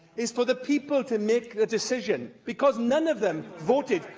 is for the people to make the decision, because none of them voted